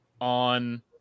on